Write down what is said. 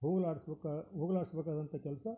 ಹೋಗ್ಲಾಡಿಸ್ಬೇಕು ಹೋಗ್ಲಾಡಿಸ್ಬೇಕಾದಂಥ ಕೆಲಸ